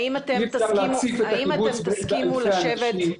אי אפשר להציף את הקיבוץ באלפי אנשים.